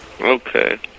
Okay